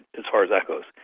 as far as that goes.